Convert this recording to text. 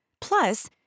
Plus